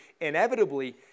inevitably